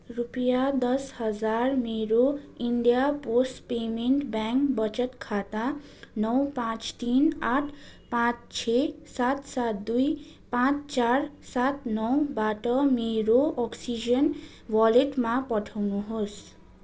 रुपियाँ दस हजार मेरो इन्डिया पोस्ट पेमेन्ट्स ब्याङ्क बचत खाता नौ पाँच तिन आठ पाँच छ सात सात दुई पाँच चार सात नौबाट मेरो अक्सिजेन वालेटमा पठाउनु होस्